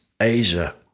Asia